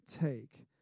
take